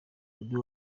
bobi